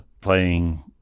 Playing